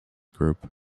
group